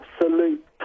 absolute